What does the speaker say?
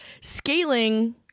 scaling